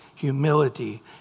Humility